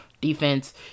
defense